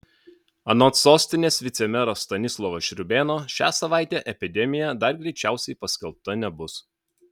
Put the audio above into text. anot sostinės vicemero stanislovo šriūbėno šią savaitę epidemija dar greičiausiai paskelbta nebus